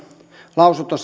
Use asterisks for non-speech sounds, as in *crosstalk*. lausunto *unintelligible*